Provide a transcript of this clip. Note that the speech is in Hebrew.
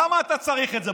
למה אתה צריך את זה?